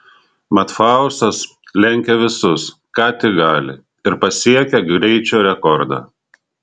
mat faustas lenkia visus ką tik gali ir pasiekia greičio rekordą